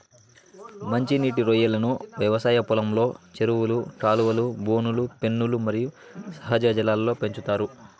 మంచి నీటి రొయ్యలను వ్యవసాయ పొలంలో, చెరువులు, కాలువలు, బోనులు, పెన్నులు మరియు సహజ జలాల్లో పెంచుతారు